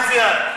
לאופוזיציה.